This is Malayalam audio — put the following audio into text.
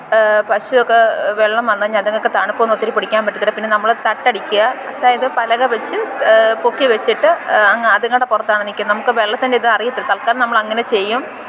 പശുവൊക്കെ വെള്ളം വന്നുകഴിഞ്ഞാൽ അത്ങ്ങൾക്ക് തണുപ്പൊന്നും ഒത്തിരി പിടിക്കാന് പറ്റത്തില്ല പിന്നെ നമ്മൾ തട്ട് അടിക്കുക അതായത് പലക വെച്ച് പൊക്കിവെച്ചിട്ട് അങ്ങ് അതുങ്ങടെ പുറത്താണ് നിൽക്കുന്നത് നമുക്ക് വെള്ളത്തിന്റെ ഇതറിയത്തില്ല തല്ക്കാലം നമ്മളങ്ങനെ ചെയ്യും